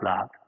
love